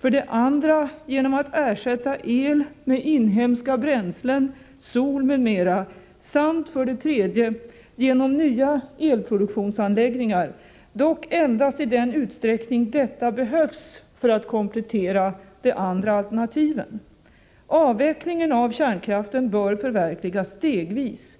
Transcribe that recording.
för det andra genom användning av inhemska bränslen, sol m.m. i stället för el samt för det tredje genom nya elproduktionsanläggningar, dock endast i den utsträckning detta behövs för att komplettera de andra alternativen. Avvecklingen av kärnkraften bör förverkligas stegvis.